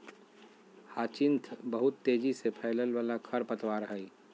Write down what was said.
hyacinth बहुत तेजी से फैलय वाला खरपतवार हइ